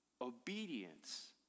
Obedience